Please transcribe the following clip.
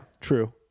True